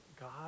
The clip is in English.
God